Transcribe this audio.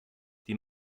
die